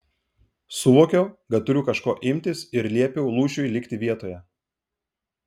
suvokiau kad turiu kažko imtis ir liepiau lūšiui likti vietoje